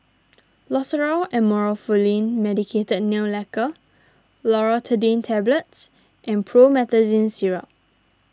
Loceryl Amorolfine Medicated Nail Lacquer Loratadine Tablets and Promethazine Syrup